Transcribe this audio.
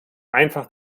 einfach